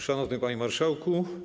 Szanowny Panie Marszałku!